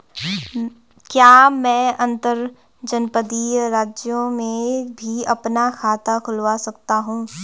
क्या मैं अंतर्जनपदीय राज्य में भी अपना खाता खुलवा सकता हूँ?